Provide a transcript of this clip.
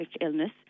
illness